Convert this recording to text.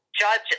judge